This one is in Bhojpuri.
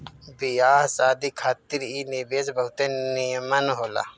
बियाह शादी खातिर इ निवेश बहुते निमन होला